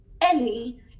Ellie